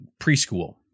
preschool